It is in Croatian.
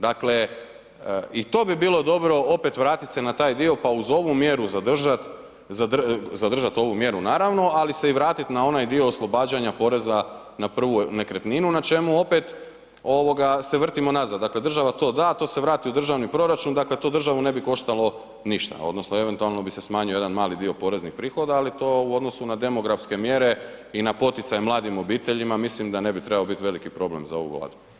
Dakle, i to bi bilo dobro opet vratit se na taj dio pa uz ovu mjeru zadržati ovu mjeru, naravno, ali se i vratiti na onaj dio oslobađanja poreza na prvu nekretninu, na čemu opet se vrtimo nazad, dakle država to da, to se vrati u državni proračun, dakle, to državu ne bi koštalo ništa, odnosno eventualno bi se smanjio jedna mali dio poreznih prihoda, ali to u odnosu na demografske mjere i na poticaju mladim obiteljima, mislim da ne bi trebao biti veliki problem za ovu Vladu.